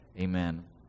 Amen